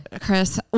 Chris